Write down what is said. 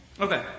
Okay